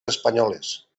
espanyoles